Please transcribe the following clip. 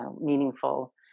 meaningful